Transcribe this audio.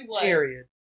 period